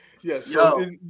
yes